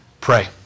Pray